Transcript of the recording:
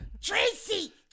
Tracy